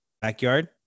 backyard